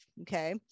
okay